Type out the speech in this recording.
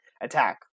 attack